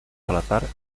salazar